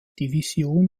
division